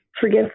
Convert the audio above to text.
forgive